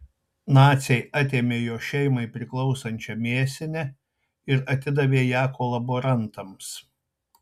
naciai atėmė jo šeimai priklausančią mėsinę ir atidavė ją kolaborantams